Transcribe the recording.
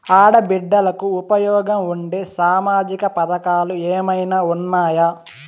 ఆడ బిడ్డలకు ఉపయోగం ఉండే సామాజిక పథకాలు ఏమైనా ఉన్నాయా?